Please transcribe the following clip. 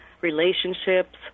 relationships